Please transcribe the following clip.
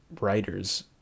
writers